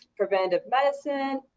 preventative medicine,